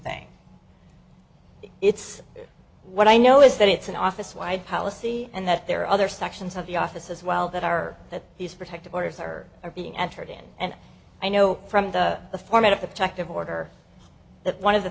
thing it's what i know is that it's an office wide policy and that there are other sections of the office as well that are that these protective orders are are being entered in and i know from the format of the protective order that one of the